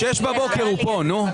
שש בבוקר הוא פה, נו.